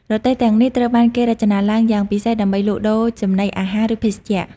រទេះទាំងនេះត្រូវបានគេរចនាឡើងយ៉ាងពិសេសដើម្បីលក់ដូរចំណីអាហារឬភេសជ្ជៈ។